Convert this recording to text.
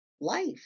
life